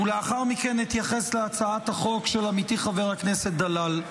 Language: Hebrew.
ולאחר מכן אתייחס להצעת החוק של עמיתי חבר הכנסת דלל.